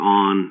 on